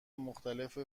مختلف